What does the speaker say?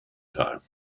time